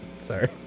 Sorry